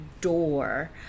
door